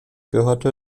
gehörte